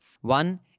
One